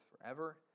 forever